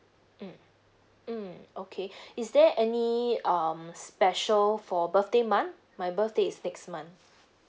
mm mm okay is there any um special for birthday month my birthday is next month